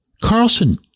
Carlson